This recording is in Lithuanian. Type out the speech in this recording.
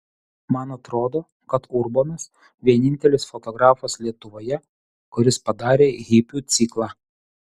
man atrodo kad urbonas vienintelis fotografas lietuvoje kuris padarė hipių ciklą